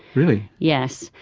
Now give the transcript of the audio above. really? yes,